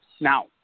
Now